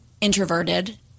introverted